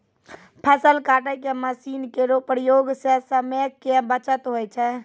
फसल काटै के मसीन केरो प्रयोग सें समय के बचत होय छै